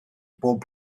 bob